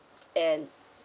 and